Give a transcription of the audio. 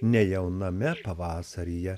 nejauname pavasaryje